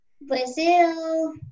Brazil